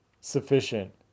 sufficient